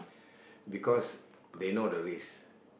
because they know the risk